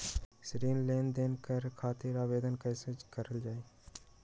ऋण लेनदेन करे खातीर आवेदन कइसे करल जाई?